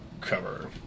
cover